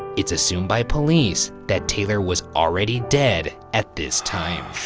it's assumed by police that taylor was already dead at this time.